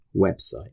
website